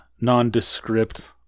nondescript